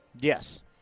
Yes